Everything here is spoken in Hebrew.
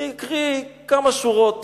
אני אקריא כמה שורות